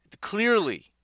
clearly